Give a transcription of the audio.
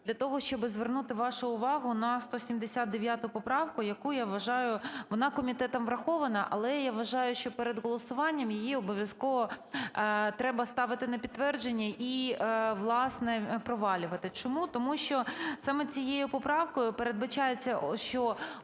для того, щоби звернути вашу увагу на 179 поправку, яку я вважаю... вона комітетом врахована, але я вважаю, що перед голосуванням її обов'язково треба ставити на підтвердження і, власне, провалювати. Чому? Тому що саме цією поправкою передбачається, що